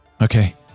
Okay